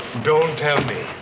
don't tell me.